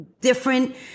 different